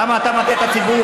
למה אתה מטעה את הציבור?